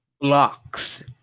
blocks